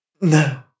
no